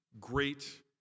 great